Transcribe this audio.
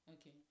Okay